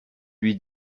lui